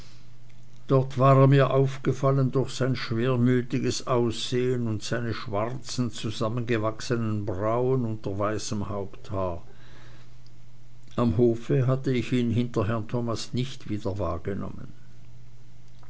dort war er mir aufgefallen durch sein schwermütiges aussehen und seine schwarzen zusammengewachsenen brauen unter weißem haupthaar am hofe hatte ich ihn hinter herrn thomas nicht wieder wahrgenommen